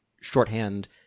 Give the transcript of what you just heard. shorthand